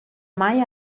mai